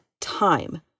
time